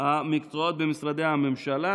המקצועות במשרדי הממשלה.